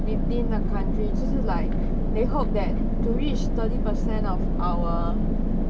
within the country 就是 like they hope that to reach thirty percent of our